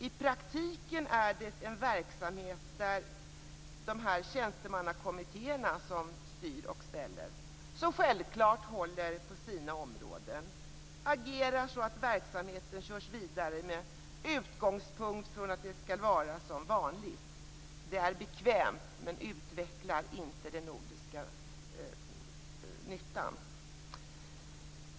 I praktiken är det en verksamhet där tjänstemannakommittéerna styr och ställer. Självfallet håller de på sina områden och agerar så att verksamheter körs vidare med utgångspunkt från att det skall vara som vanligt. Det är bekvämt, men det utvecklar inte den nordiska nyttan.